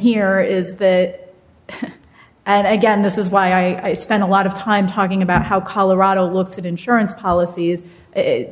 here is that and again this is why i spent a lot of time talking about how colorado looked at insurance policies